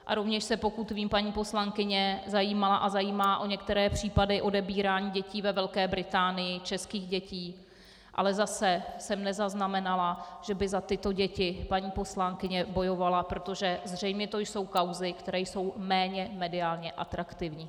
A rovněž se, pokud vím, paní poslankyně zajímala a zajímá o některé případy odebírání dětí ve Velké Británii, českých dětí, ale zase jsem nezaznamenala, že by za tyto děti paní poslankyně bojovala, protože zřejmě to jsou kauzy, které jsou méně mediálně atraktivní.